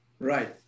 Right